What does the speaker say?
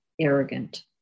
arrogant